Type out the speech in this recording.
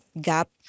gap